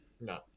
No